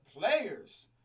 players